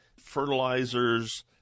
fertilizers